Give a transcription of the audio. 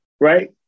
right